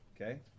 okay